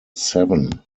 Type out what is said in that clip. seven